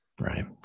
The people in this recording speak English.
right